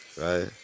right